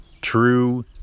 true